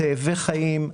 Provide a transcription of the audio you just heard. תאבי חיים,